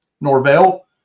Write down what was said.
Norvell